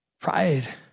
pride